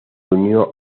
unió